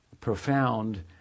profound